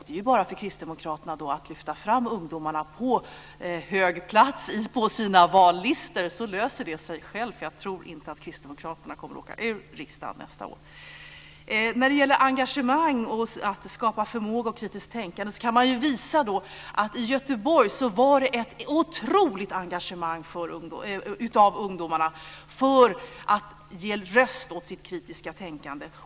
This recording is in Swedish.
Det är ju bara för kristdemokraterna att placera ungdomarna högt upp på sina vallistor, så löser det sig självt, för jag tror inte att kristdemokraterna kommer att åka ur riksdagen nästa år. När det gäller engagemang, skapande förmåga och kritiskt tänkande kan man ju visa på att det i Göteborg var ett otroligt engagemang hos ungdomarna för att de skulle ge röst åt sitt kritiska tänkande.